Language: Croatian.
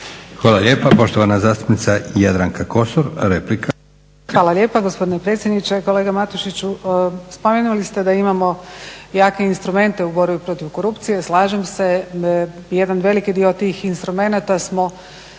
Hvala lijepa. Poštovana zastupnica Jadranka Kosor, replika. **Kosor, Jadranka (Nezavisni)** Hvala lijepa gospodine predsjedniče. Kolega Matušiću, spomenuli ste da imamo jake instrumente u borbi protiv korupcije. Slažem se. Jedan veliki dio tih instrumenata smo